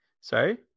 Sorry